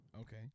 Okay